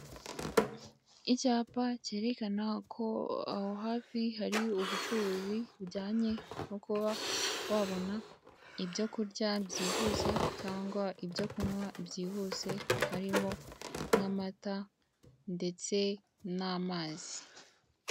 Icyapa cyerekana ko aho hafi hari ubucuruzi bujyanye no kuba wabona ibyo kurya byihuse cyangwa ibyo kunywa byihuse harimo nk'amata ndetse n'amazi.